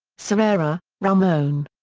cirera, ramon.